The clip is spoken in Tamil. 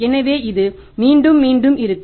எனவே இது மீண்டும் மீண்டும் இருக்கும்